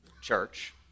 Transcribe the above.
church